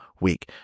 week